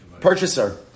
Purchaser